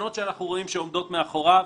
ובכוונות שאנחנו רואים שעומדות מאחוריו,